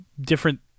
different